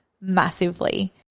massively